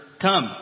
Come